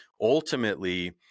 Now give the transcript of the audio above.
ultimately